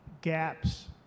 gaps